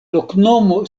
loknomo